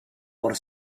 por